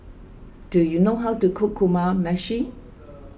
do you know how to cook Kamameshi